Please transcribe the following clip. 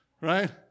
right